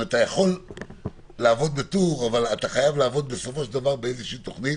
אתה יכול לעבוד בטור אבל אתה חייב בסופו של דבר לעבוד באיזו תוכנית.